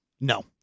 No